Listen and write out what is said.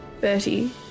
Bertie